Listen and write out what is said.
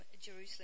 Jerusalem